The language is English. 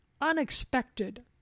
unexpected